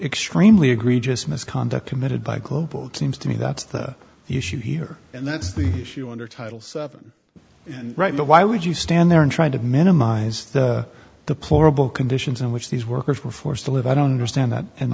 extremely agree just misconduct committed by global it seems to me that's the issue here and that's the issue under title seven right now why would you stand there and try to minimize the pleasurable conditions in which these workers were forced to live i don't understand that and